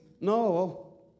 No